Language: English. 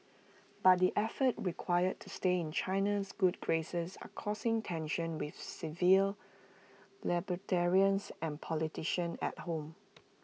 but the efforts required to stay in China's good graces are causing tensions with civil libertarians and politicians at home